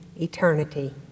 eternity